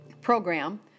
program